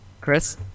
Chris